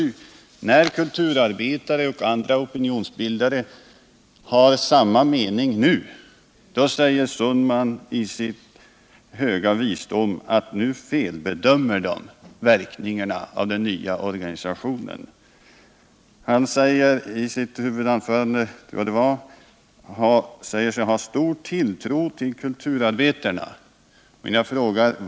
När kulturarbetare och andra opinionsbildare har samma mening nu, då säger Per Olof Sundman i sin höga visdom att nu felbedömer de verkningarna av den nya organisationen. I sitt huvudanförande, tror jag det var, sade sig Per Olof Sundman ha stor tilltro till kulturarbetarna.